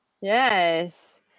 yes